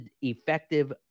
effective